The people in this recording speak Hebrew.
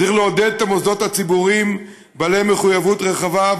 צריך לעודד את המוסדות הציבוריים שהם בעלי מחויבות רחבה,